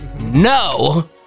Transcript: no